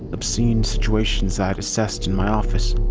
obscene situations i'd assessed in my office.